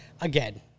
again